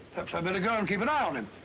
i mean go and keep an eye on him.